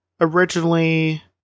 originally